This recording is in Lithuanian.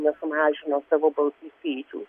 nesumažino savo balsų skaičiaus